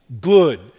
good